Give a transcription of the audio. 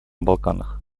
балканах